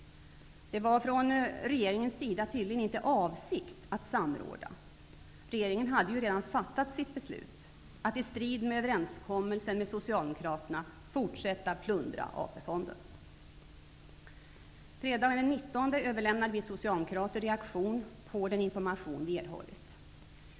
Från regeringens sida hade man tydligen inte avsikten att samråda, regeringen hade ju redan fattat sitt beslut att -- i strid med överenskommelsen med Socialdemokraterna -- fortsätta plundra pensionsfonden. Fredagen den 19 februari överlämnade vi den socialdemokratiska reaktionen på den information vi erhållit.